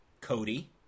Cody